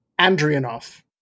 Andrianov